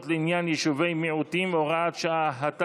לעניין יישובי מיעוטים) (הוראת שעה),